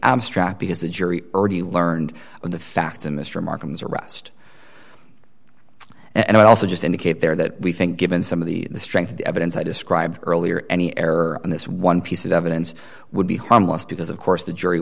abstract because the jury already learned of the facts of mr markham's arrest and i also just indicate there that we think given some of the strength of the evidence i described earlier any error in this one piece of evidence would be harmless because of course the jury